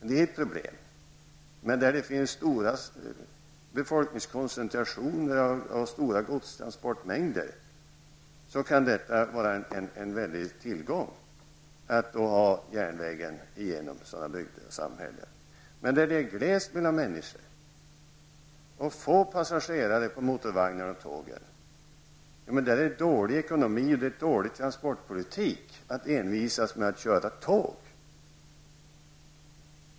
Det är ett problem. Men där det finns stora befolkningskoncentrationer och stora godstransportmängder kan järnvägen vara en väldig tillgång för bygder och samhällen. Men där det är glest mellan människor och få passagerare på motorvagnar och tåg är det dålig ekonomi och dålig transportpolitik att envisas med att köra tåg.